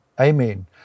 Amen